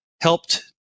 helped